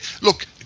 look